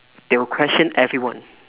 they will question everyone